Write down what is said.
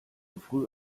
früh